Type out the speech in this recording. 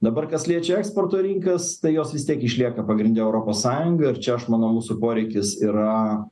dabar kas liečia eksporto rinkas tai jos vis tiek išlieka pagrinde europos sąjunga čia aš manau mūsų poreikis yra